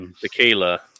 tequila